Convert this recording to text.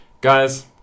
Guys